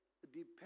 depends